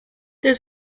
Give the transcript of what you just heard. there